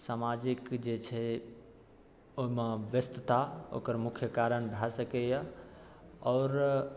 समाजिक जे छै ओहिमे व्यस्तता ओकर मुख्य कारण भए सकैया आओर